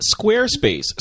Squarespace